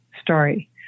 story